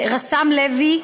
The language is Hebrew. רס"מ לוי,